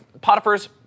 Potiphar's